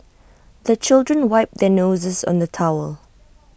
the children wipe their noses on the towel